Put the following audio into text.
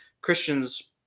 Christians